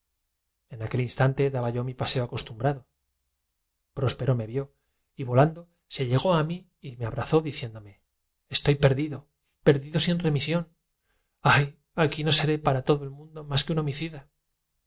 en aquel instante daba yo mi paseo acostumbrado próspero me vió y volando se llegó a mí y me abrazó diciéndome estoy perdido perdido sin remisión ay aquí no seré para todo el mundo más que un homicida